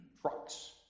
trucks